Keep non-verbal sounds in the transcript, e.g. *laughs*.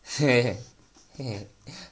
*laughs*